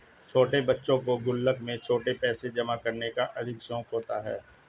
छोटे बच्चों को गुल्लक में छुट्टे पैसे जमा करने का अधिक शौक होता है